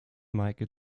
meike